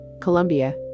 Colombia